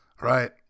Right